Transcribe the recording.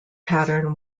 pattern